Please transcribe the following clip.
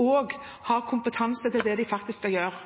og kompetanse til å gjøre det de skal.